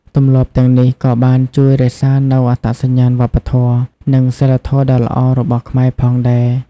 ទម្លាប់ទាំងនេះ ក៏បានជួយរក្សានូវអត្តសញ្ញាណវប្បធម៌ និងសីលធម៌ដ៏ល្អរបស់ខ្មែរផងដែរ។